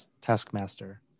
taskmaster